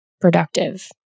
productive